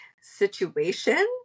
situation